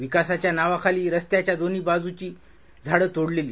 विकासाच्या नावाखाली रस्त्याच्या दोन्ही बाजूची झाड तोडलेली